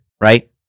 right